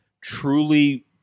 truly